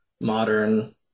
modern